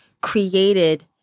created